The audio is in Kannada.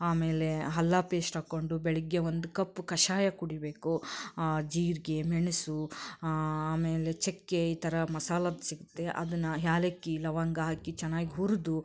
ಆಮೇಲೆ ಹಲ್ಲಾ ಪೇಸ್ಟ್ ಹಾಕ್ಕೊಂಡು ಬೆಳಿಗ್ಗೆ ಒಂದು ಕಪ್ ಕಷಾಯ ಕುಡಿಯಬೇಕು ಜೀರಿಗೆ ಮೆಣಸು ಆಮೇಲೆ ಚಕ್ಕೆ ಈ ಥರ ಮಸಾಲದ್ದು ಸಿಗುತ್ತೆ ಅದನ್ನು ಏಲಕ್ಕಿ ಲವಂಗ ಹಾಕಿ ಚೆನ್ನಾಗಿ ಹುರಿದು